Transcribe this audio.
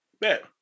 bet